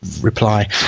reply